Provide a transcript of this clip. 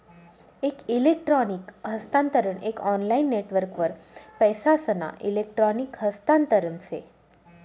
एक इलेक्ट्रॉनिक हस्तांतरण एक ऑनलाईन नेटवर्कवर पैसासना इलेक्ट्रॉनिक हस्तांतरण से